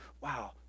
Wow